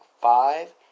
five